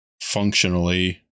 functionally